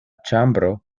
ĉambro